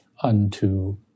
unto